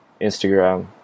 Instagram